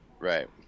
right